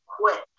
quit